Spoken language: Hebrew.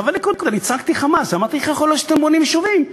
כחבר ליכוד אני צעקתי חמס ואמרתי: איך יכול להיות שאתם בונים יישובים?